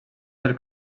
del